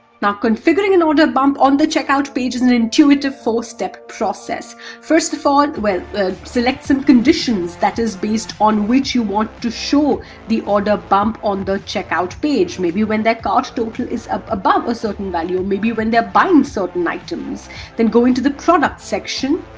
now configuring an order bump on the checkout page is an intuitive four-step process first of all well select some conditions that is based on which you want to show the order bump on the checkout page maybe when that card total is up above a certain value maybe when they're buying certain items then go into the product section